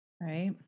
Right